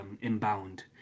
inbound